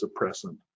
suppressant